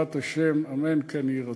בעזרת השם, אמן כן יהי רצון.